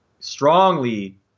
Strongly